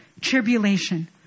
tribulation